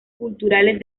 culturales